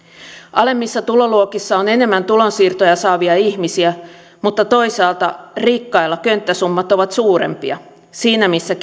alemmissa tuloluokissa on enemmän tulonsiirtoja saavia ihmisiä mutta toisaalta rikkailla könttäsummat ovat suurempia siinä missä